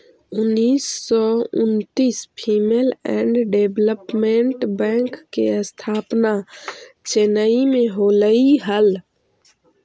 उन्नीस सौ उन्नितिस फीमेल एंड डेवलपमेंट बैंक के स्थापना चेन्नई में होलइ हल